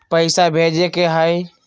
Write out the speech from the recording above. पैसा भेजे के हाइ?